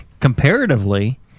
comparatively